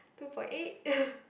two point eight